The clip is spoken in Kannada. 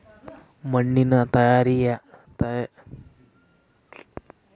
ಮಣ್ಣಿನ ತಯಾರಿಕೆಯ ಹಂತಗಳು ಯಾವುವು?